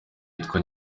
yitwa